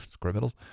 criminals